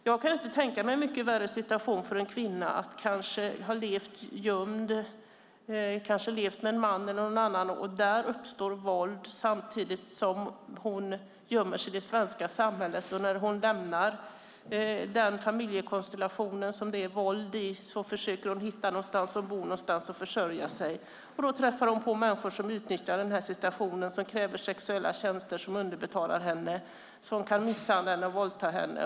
Jag kan inte tänka mig en mycket värre situation för en kvinna än att leva med en man eller någon annan i ett förhållande där det uppstår våld samtidigt som hon gömmer sig i det svenska samhället. När hon lämnar den familjekonstellation som det är våld i försöker hon hitta någonstans att bo och försörja sig. Då träffar hon på människor som utnyttjar situationen, kräver sexuella tjänster, underbetalar henne och kan misshandla och våldta henne.